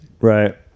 Right